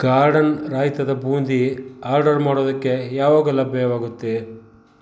garden ರಾಯಿತದ ಬೂಂದಿ order ಮಾಡೋದಕ್ಕೆ ಯಾವಾಗ ಲಭ್ಯವಾಗುತ್ತೆ